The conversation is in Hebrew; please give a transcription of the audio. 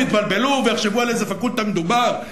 יתבלבלו ויחשבו על איזה פקולטה מדובר?